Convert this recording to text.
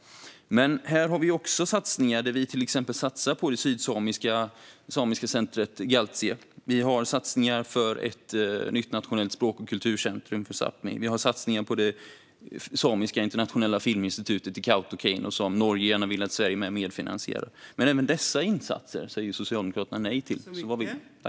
Här har vi satsningar där vi till exempel satsar på det sydsamiska centret Gaaltije. Vi har satsningar för ett nytt nationellt språk och kulturcentrum för Sápmi. Vi har satsningar på det samiska internationella filminstitutet i Kautokeino som Norge gärna vill att Sverige är med och medfinansierar. Men även dessa insatser säger Socialdemokraterna nej till. Vad vill ni?